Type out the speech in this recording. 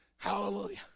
Hallelujah